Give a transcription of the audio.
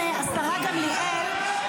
השרה גמליאל,